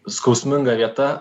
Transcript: skausminga vieta